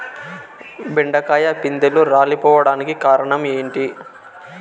బెండకాయ పిందెలు రాలిపోవడానికి కారణం ఏంటి?